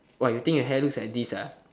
what you think your hair looks like this ah